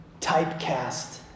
typecast